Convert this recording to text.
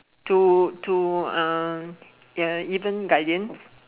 to to um get a even guardian